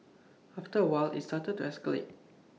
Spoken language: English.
after A while IT started to escalate